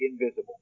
invisible